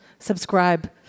subscribe